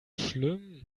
schlimm